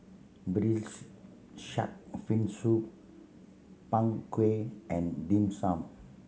Braised Shark Fin Soup Png Kueh and Dim Sum